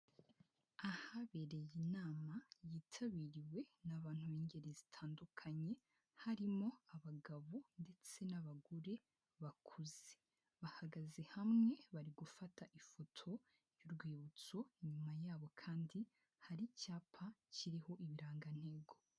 Ahabereye inama yitabiriwe n'abantu b'ingeri zitandukanye, harimo abagabo ndetse n'abagore bakuze bahagaze hamwe bari gufata ifoto y'urwibutso, inyuma yabo kandi hari icyapa kiriho ibirangantego.